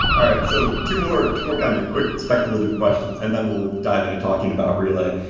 all right. so two more two more kind of quick speculative questions and then we'll dive in in talking about relay.